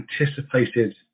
anticipated